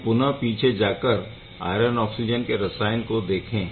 हम पुनः पीछे जाकर आयरन ऑक्सिजन के रसायन को देखे